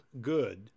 Good